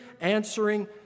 answering